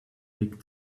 big